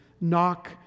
Knock